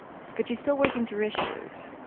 but she's still working through issues,